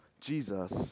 Jesus